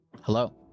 Hello